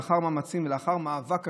לאחר מאמצים ולאחר מאבק קשה,